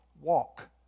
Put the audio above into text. walk